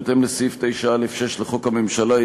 בהתאם לסעיף 9(א)(6) לחוק הממשלה,